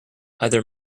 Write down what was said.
either